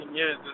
years